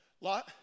Lot